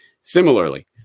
Similarly